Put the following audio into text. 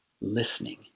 listening